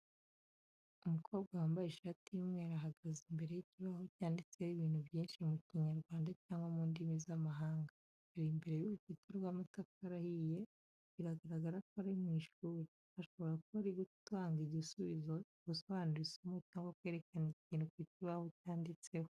Umukobwa wambaye ishati y'umweru ahagaze imbere y'ikibaho cyanditseho ibintu byinshi mu Kinyarwanda cyangwa mu ndimi z'amahanga. Ari imbere y'urukuta rw'amatafari ahiye biragaragara ko ari mu ishuri, ashobora kuba ari gutanga igisubizo, gusobanura isomo cyangwa kwerekana ikintu ku kibaho cyanditseho.